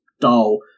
dull